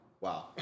Wow